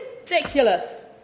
Ridiculous